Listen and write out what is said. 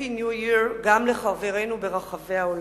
Happy New Year גם לחברינו ברחבי העולם.